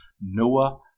Noah